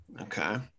okay